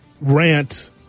rant